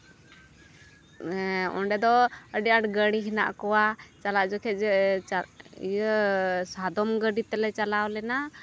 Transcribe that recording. ᱚᱸᱰᱮ ᱫᱚ ᱟᱹᱰᱤ ᱟᱸᱴ ᱜᱟᱺᱬᱤ ᱦᱮᱱᱟᱜ ᱠᱚᱣᱟ ᱪᱟᱞᱟᱜ ᱡᱚᱠᱷᱮᱱ ᱡᱮ ᱤᱭᱟᱹ ᱥᱟᱫᱚᱢ ᱜᱟᱹᱰᱤ ᱛᱮᱞᱮ ᱪᱟᱞᱟᱣ ᱞᱮᱱᱟ